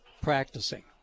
practicing